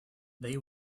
they